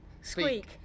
squeak